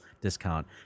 discount